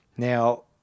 Now